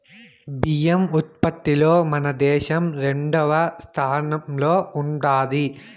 బియ్యం ఉత్పత్తిలో మన దేశం రెండవ స్థానంలో ఉండాది